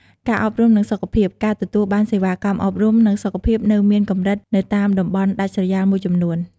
ការអប់រំ និងសុខភាព ការទទួលបានសេវាអប់រំ និងសុខភាពនៅមានកម្រិតនៅតាមតំបន់ដាច់ស្រយាលមួយចំនួន។